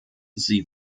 sie